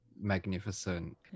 magnificent